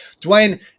Dwayne